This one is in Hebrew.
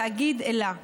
התאגיד אל"ה.